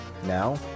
Now